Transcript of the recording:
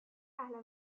اهل